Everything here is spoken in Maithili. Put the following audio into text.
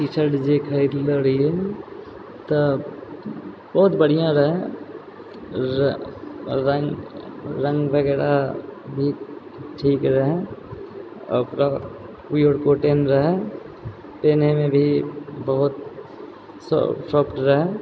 टीशर्ट जे खरीद ले रहियै तऽ बहुत बढ़िआँ रहै रङ्ग रङ्ग वगैरह भी ठीक रहै आओर प्योर कॉटन रहै पीनहैमे भी बहुत सॉफ्ट रहै